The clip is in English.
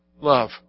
Love